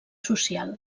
social